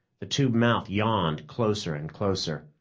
the tube mouth yawned closer and closer.